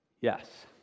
Yes